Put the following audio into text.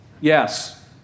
Yes